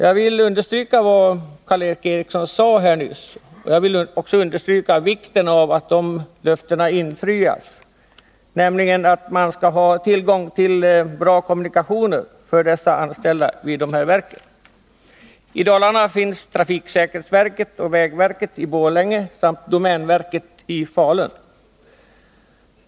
Jag vill understryka vad Karl Erik Eriksson sade och även understryka vikten av att det löftet infrias, att de anställda vid de utlokaliserade verken skall ha tillgång till bra kommunikationer. I Dalarna har vi trafiksäkerhetsverket och vägverket i Borlänge samt domänverket i Falun.